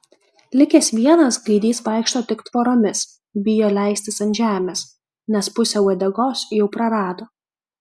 likęs vienas gaidys vaikšto tik tvoromis bijo leistis ant žemės nes pusę uodegos jau prarado